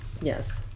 Yes